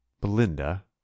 Belinda